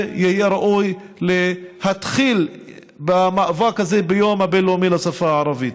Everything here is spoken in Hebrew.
יהיה ראוי להתחיל במאבק הזה ביום הבין-לאומי לשפה הערבית.